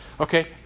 okay